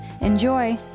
Enjoy